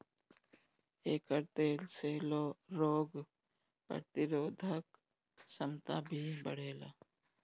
एकर तेल से रोग प्रतिरोधक क्षमता भी बढ़ेला